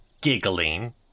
giggling